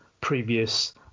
previous